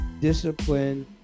discipline